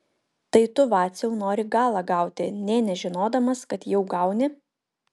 tai tu vaciau nori galą gauti nė nežinodamas kad jau gauni